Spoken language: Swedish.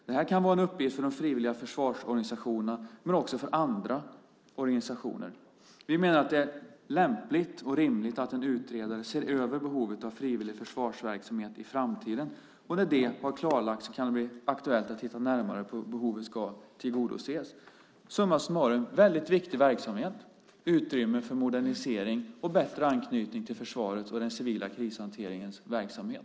Det här kan vara en uppgift för de frivilliga försvarsorganisationerna men också för andra organisationer. Vi menar att det är lämpligt och rimligt att en utredare ser över behovet av frivillig försvarsverksamhet i framtiden, och när det har klarlagts kan det bli aktuellt att titta närmare på hur behovet ska tillgodoses. Summa summarum: Väldigt viktig verksamhet, utrymme för modernisering och bättre anknytning till försvaret och den civila krishanteringens verksamhet.